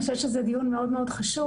אני חושבת שזה דיון מאוד חשוב.